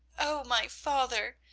oh, my father,